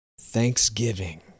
Thanksgiving